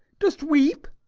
dost weep?